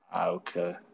Okay